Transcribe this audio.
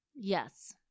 Yes